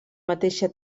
mateixa